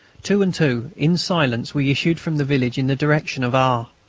two and two, in silence, we issued from the village in the direction of r.